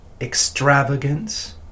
extravagance